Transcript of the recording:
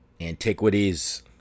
Antiquities